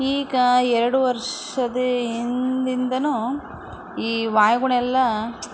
ಈಗ ಎರಡು ವರ್ಷದ ಹಿಂದಿಂದನೂ ಈ ವಾಯುಗುಣವೆಲ್ಲ